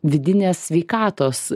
vidinės sveikatos